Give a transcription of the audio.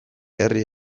herri